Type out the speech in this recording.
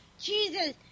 Jesus